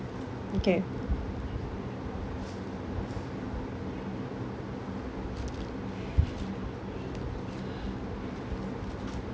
okay